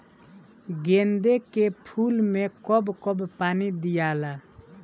गेंदे के फूल मे कब कब पानी दियाला?